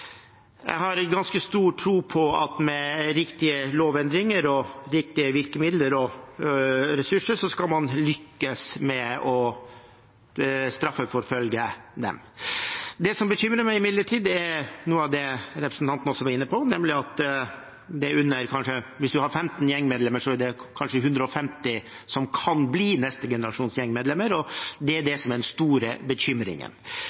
Jeg har ganske stor tro på at med riktige lovendringer og riktige virkemidler og ressurser skal man lykkes med å straffeforfølge dem. Det som imidlertid bekymrer meg, er noe av det som representanten var inne på, nemlig at hvis du har 15 gjengmedlemmer, er det kanskje 150 som kan bli neste generasjons gjengmedlemmer. Det er det som er den store bekymringen.